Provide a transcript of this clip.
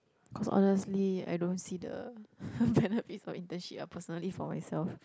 cause honestly I don't see the benefits of internship ah personally for myself